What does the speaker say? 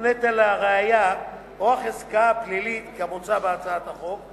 נטל הראיה או החזקה הפלילית כמוצע בהצעת החוק,